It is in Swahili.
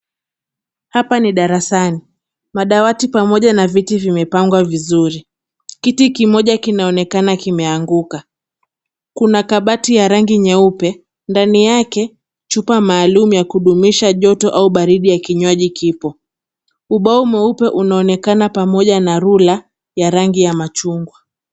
Hapa ni darasani, madawati pamoja na viti vimepangwa vizuri. Kiti kimoja kinaonekana kimeanguka, kuna kabati ya rangi nyeupe. Ndani yake chupa maalum ya kudumisha joto au baridi ya kinywaji kipo. Ubao mweupe unaonekana pamoja na rula ya rangi ya machungwa.